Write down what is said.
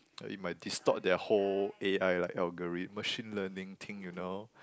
it might distort their whole a_i like algo~ machine learning thing you know